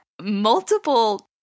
multiple